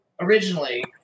originally